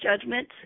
judgment